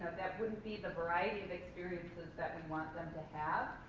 that wouldn't be the variety of experiences that we want them to have.